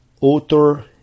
author